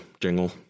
Jingle